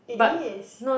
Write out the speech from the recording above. it is